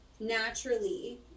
naturally